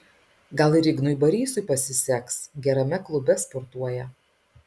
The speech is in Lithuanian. gal ir ignui barysui pasiseks gerame klube sportuoja